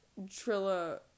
trilla